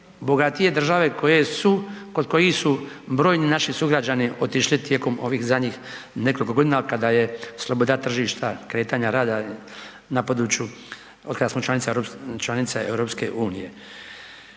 bogatije države kod kojih su brojni naši sugrađani otišli tijekom ovih zadnjih nekoliko godina otkada je sloboda tržišta kretanja rada na području otkad smio članica EU-a.